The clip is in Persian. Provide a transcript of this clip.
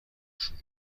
شروط